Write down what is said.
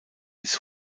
ist